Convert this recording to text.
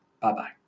Bye-bye